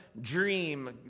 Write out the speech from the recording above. dream